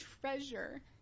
treasure